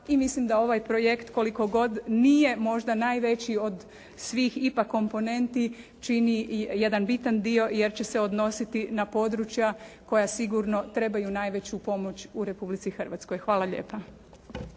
i mislim da ovaj projekt koliko god nije možda najveći od svih ipak komponenti čini i jedan bitan dio jer će se odnositi na područja koja sigurno trebaju najveću pomoć u Republici Hrvatskoj . Hvala lijepa.